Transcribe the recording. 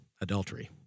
adultery